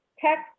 text